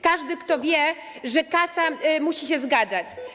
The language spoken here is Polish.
Każdy wie, że kasa musi się zgadzać.